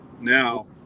Now